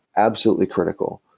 absolutely critical.